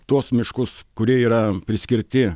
tuos miškus kurie yra priskirti